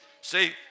See